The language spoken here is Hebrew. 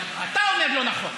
לא נכון.